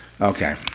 Okay